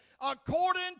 according